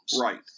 Right